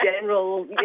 general